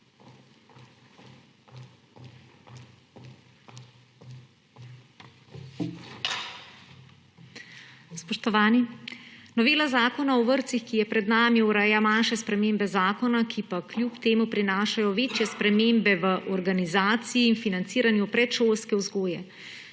Spoštovani! Novela Zakona o vrtcih, ki je pred nami, ureja manjše spremembe zakona, ki pa kljub temu prinašajo večje spremembe v organizaciji in financiranju predšolske vzgoje.